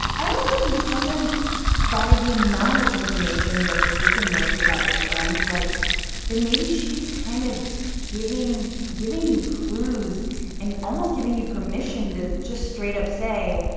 i also think that sometimes by the amount of information that this person knows about their friend, like then maybe she's kind of giving giving you clues and almost giving you permission to just straight up, say,